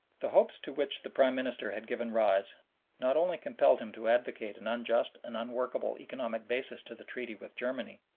the hopes to which the prime minister had given rise not only compelled him to advocate an unjust and unworkable economic basis to the treaty with germany,